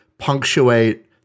punctuate